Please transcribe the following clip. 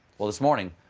well, this morning,